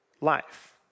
life